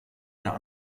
der